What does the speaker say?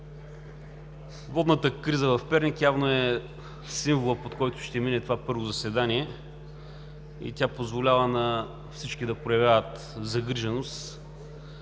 Водната криза в Перник явно е символът, под който ще мине това първо заседание. Тя позволява на всички да проявяват загриженост